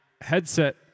headset